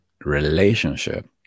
relationship